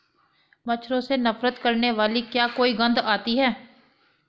मच्छरों से नफरत करने वाली क्या कोई गंध आती है?